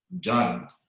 done